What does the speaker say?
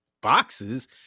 boxes